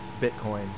Bitcoin